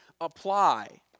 apply